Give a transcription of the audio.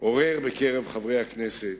עורר בקרב חברי הכנסת,